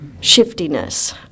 shiftiness